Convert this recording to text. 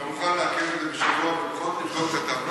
אתה מוכן לעכב את זה בשבוע ובכל זאת לבדוק את הטענות?